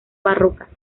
barroca